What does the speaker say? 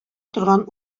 торган